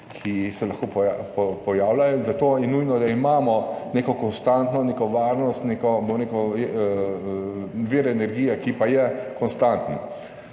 ki se lahko pojavljajo, zato je nujno, da imamo neko konstantno varnost, nek vir energije, ki pa je konstanten.